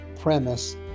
premise